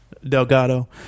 Delgado